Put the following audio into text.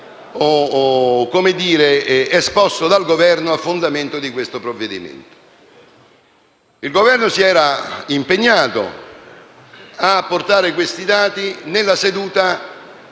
presupposto esposto dal Governo a fondamento di questo provvedimento. Il Governo si era impegnato a portare questi dati nella seduta,